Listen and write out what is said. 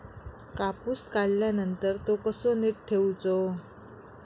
कापूस काढल्यानंतर तो कसो नीट ठेवूचो?